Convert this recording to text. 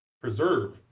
preserve